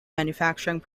manufacturing